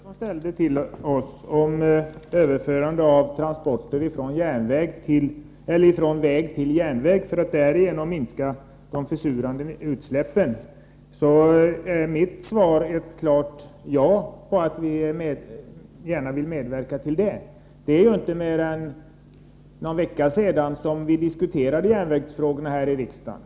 Herr talman! John Andersson ställde en fråga till oss angående överförande av transporter från väg till järnväg för att därigenom minska de försurande utsläppen. Mitt svar är ett klart ja — vi vill gärna medverka till det. Det är inte mer än någon vecka sedan vi diskuterade järnvägsfrågorna i riksdagen.